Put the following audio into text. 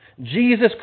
Jesus